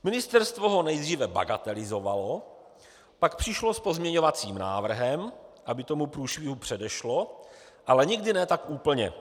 Ministerstvo ho nejdříve bagatelizovalo, pak přišlo s pozměňovacím návrhem, aby tomu průšvihu předešlo, ale nikdy ne tak úplně.